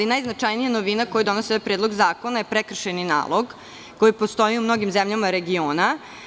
Najznačajnija novina koju donosi ovaj predlog zakona je prekršajni nalog, koji postoji u mnogim zemljama regiona.